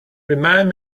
remind